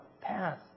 path